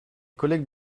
collègues